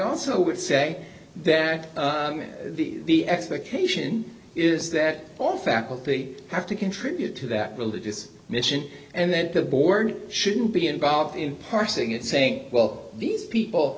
would say that the the expectation is that all faculty have to contribute to that religious mission and that the board shouldn't be involved in parsing it saying well these people